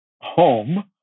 home